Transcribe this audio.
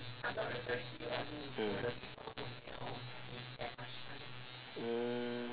mm mm